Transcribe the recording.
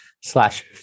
slash